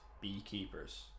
beekeepers